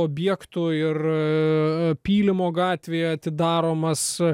objektų ir pylimo gatvėje atidaromas